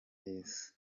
yezu